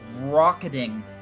rocketing